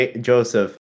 Joseph